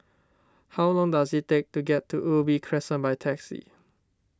how long does it take to get to Ubi Crescent by taxi